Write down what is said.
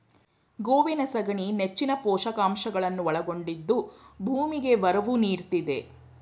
ಗೋವಿನ ಸಗಣಿ ನೆಚ್ಚಿನ ಪೋಷಕಾಂಶಗಳನ್ನು ಒಳಗೊಂಡಿದ್ದು ಭೂಮಿಗೆ ಒರವು ನೀಡ್ತಿದೆ